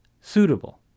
suitable